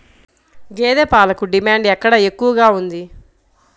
గేదె పాలకు డిమాండ్ ఎక్కడ ఎక్కువగా ఉంది?